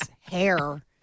hair